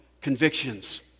convictions